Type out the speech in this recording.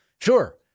Sure